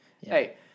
Hey